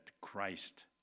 Christ